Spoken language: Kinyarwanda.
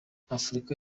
afurika